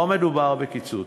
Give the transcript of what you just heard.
לא מדובר בקיצוץ.